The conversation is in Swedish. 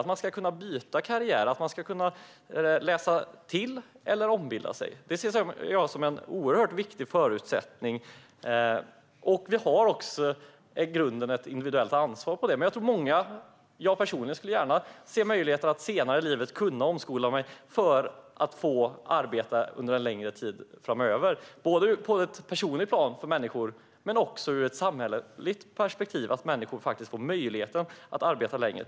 De ska kunna byta karriär genom att läsa lite ytterligare eller ombilda sig. Det här ser jag som en oerhört viktig förutsättning. Vi har i grunden ett individuellt ansvar för detta. Jag skulle personligen gärna ha möjlighet att senare i livet omskola mig för att få arbeta under en längre tid. Det här gäller människor på ett personligt plan, men också ur ett samhällsperspektiv behöver människor ha möjlighet att arbeta längre.